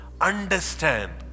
understand